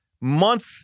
Month